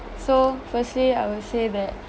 so firstly I would say that